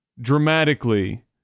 dramatically